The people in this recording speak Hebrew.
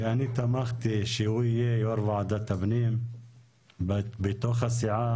שאני תמכתי שהוא יהיה יו"ר ועדת הפנים בתוך הסיעה.